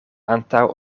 antaŭ